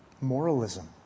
Moralism